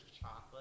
chocolate